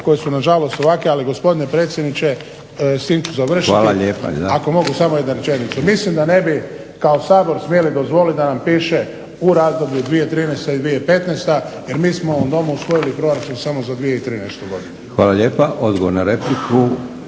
koje su nažalost ovakve ali gospodine predsjedniče s tim ću završiti. Ako mogu samo jednu rečenicu. Mislim da ne bi kao Sabor smjeli dozvoliti da nam piše u razdoblju 2013.-2015. Jer mi smo u ovom Domu usvojili proračun samo za 2013. Godinu. **Leko, Josip (SDP)** Hvala lijepa. Odgovor na repliku